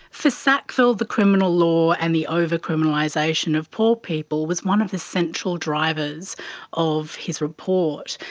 for sackville, the criminal law and the over-criminalisation of poor people was one of the central drivers of his report.